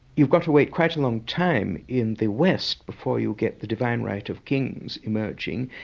you've got to wait quite a long time in the west before you get the divine right of kings emerging,